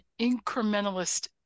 incrementalist